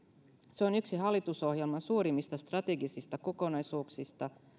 se on yksi hallitusohjelman suurimmista strategisista kokonaisuuksista